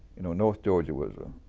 you know, north georgia was a